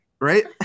Right